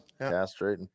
Castrating